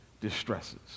distresses